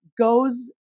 Goes